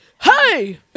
Hey